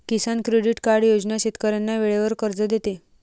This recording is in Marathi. किसान क्रेडिट कार्ड योजना शेतकऱ्यांना वेळेवर कर्ज देते